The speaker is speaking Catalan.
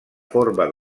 forma